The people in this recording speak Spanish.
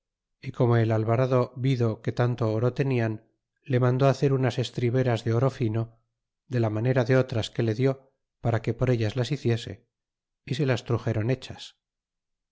y como el alvarado vido que tanto oro tenian le mandó hacer unas estriveras de oro tino de la manera de otras que le di para que por ellas las hiciese y se las truxéron hechas